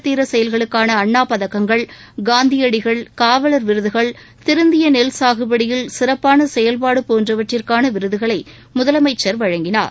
தீர செயல்களுக்கான அண்ணா பதக்கங்கள் காந்தியடிகள் காவலர் விருதுகள் திருந்திய நெல்சாகுபடியில் சிறப்பான செயல்பாடு போன்றவற்றிற்கான விருதுகளை முதலமைச்சர் வழங்கினார்